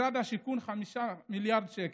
משרד השיכון, 5 מיליארד שקל,